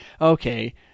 okay